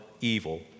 evil